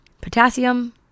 potassium